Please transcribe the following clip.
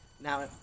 now